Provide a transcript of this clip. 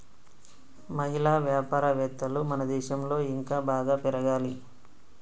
మహిళా వ్యాపారవేత్తలు మన దేశంలో ఇంకా బాగా పెరగాలి